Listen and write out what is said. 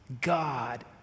God